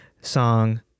song